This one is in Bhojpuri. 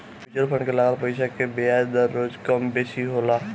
मितुअल फंड के लागल पईसा के बियाज दर रोज कम बेसी होला